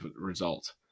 result